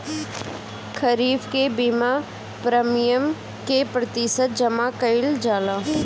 खरीफ के बीमा प्रमिएम क प्रतिशत जमा कयील जाला?